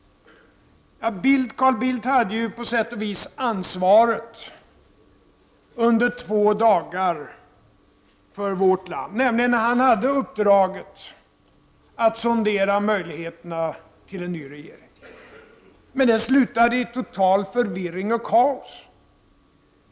Carl Bildt hade ju på sätt och vis under två dagar ansvaret för vårt land, nämligen när han hade uppdraget att sondera möjligheterna till en ny regering, men det slutade i total förvirring och kaos.